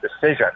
decision